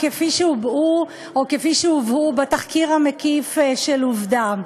כפי שהובעו או כפי שהובאו בתחקיר המקיף של "עובדה".